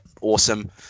awesome